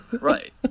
Right